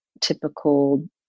typical